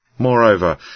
Moreover